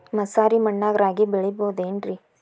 ಮಸಾರಿ ಮಣ್ಣಾಗ ರಾಗಿ ಬೆಳಿಬೊದೇನ್ರೇ?